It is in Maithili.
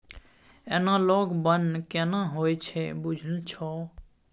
एनालॉग बन्न केना होए छै बुझल छौ?